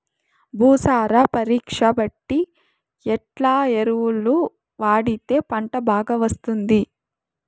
భూసార పరీక్ష బట్టి ఎట్లా ఎరువులు వాడితే పంట బాగా వస్తుంది?